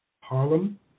Harlem